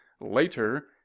later